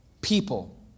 people